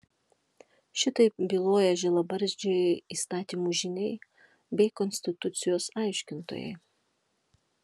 šitaip byloja žilabarzdžiai įstatymų žyniai bei konstitucijos aiškintojai